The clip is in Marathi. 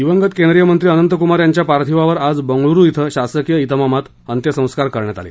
दिवंगत केंद्रीय मंत्री अनंत कुमार यांच्या पार्थिवावर आज बंगळुरू ॐ शासकीय बेमामात अंत्यसंस्कार करण्यात आले